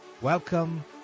welcome